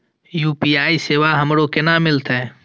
UPI सेवा हमरो केना मिलते?